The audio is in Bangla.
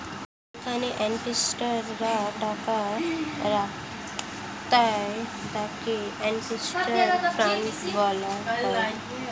যেখানে ইনভেস্টর রা টাকা খাটায় তাকে ইনভেস্টমেন্ট ফান্ড বলা হয়